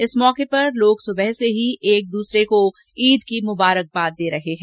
इस मौके पर लोग सुबह से ही एक दूसरे को ईद की मुबारकबाद दे रहे है